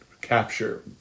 capture